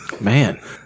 Man